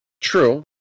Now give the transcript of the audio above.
True